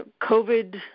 COVID